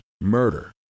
murder